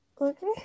Okay